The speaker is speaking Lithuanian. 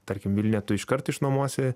tarkim vilniuje tu iškart išnuomosi